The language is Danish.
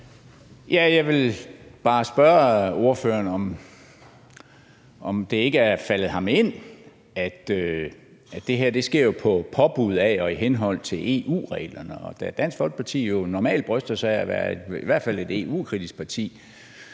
Jeg vil bare spørge ordføreren, om det ikke er faldet ham ind, at det her jo sker på påbud af og i henhold til EU-reglerne, og da Dansk Folkeparti jo normalt bryster sig af at være i hvert fald et EU-kritisk parti,